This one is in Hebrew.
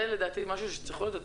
זה לדעתי משהו שצריך להיות,